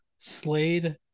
Slade